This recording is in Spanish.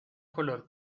color